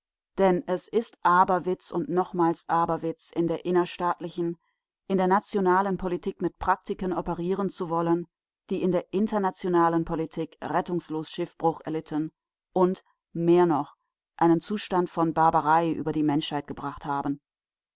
denn es ist aberwitz und nochmals aberwitz in der innerstaatlichen in der nationalen politik mit praktiken operieren zu wollen die in der internationalen politik rettungslos schiffbruch erlitten und mehr noch einen zustand von barbarei über die menschheit gebracht haben